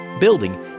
building